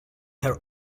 her